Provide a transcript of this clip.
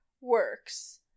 works